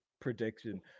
prediction